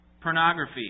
Pornography